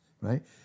right